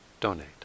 donate